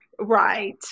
Right